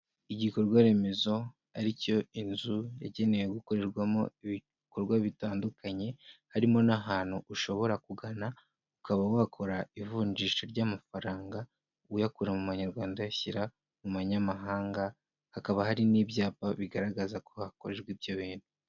Igikorwa remezo ari cyo inzu yagenewe gukorerwamo ibikorwa bitandukanye, harimo n'ahantu ushobora kugana ukaba wakora ivunjisha ry'amafaranga, uyakura mu manyarwanda uyashyira mu manyamahanga, hakaba hari n'ibyapa bigaragaza ko hakorerwa ibyo bintu.